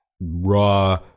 raw